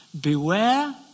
beware